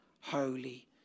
Holy